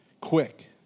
Quick